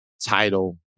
title